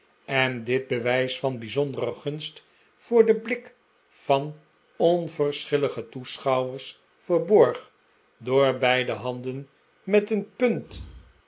en dit bewijs van bijzondere gunst voor den blik van onverschillige toeschouwers verborg door beide handen met een punt